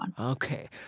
Okay